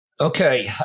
Okay